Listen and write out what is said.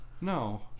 No